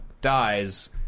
dies